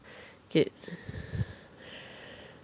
K